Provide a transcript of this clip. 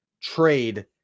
trade